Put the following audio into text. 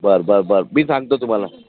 बर बर बर मी सांगतो तुम्हाला